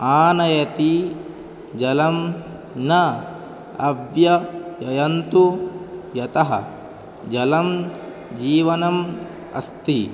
आनयति जलं न अव्ययं नयन्तु यतः जलं जीवनम् अस्ति